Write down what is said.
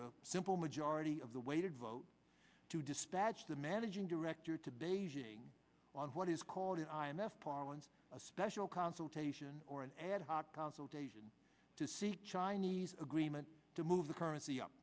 a simple majority of the weighted vote to dispatch the managing director to beijing on what is called an i m f parlance a special consultation or an ad hoc consultation to see chinese agreement to move the currency up